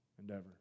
Endeavor